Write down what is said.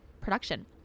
production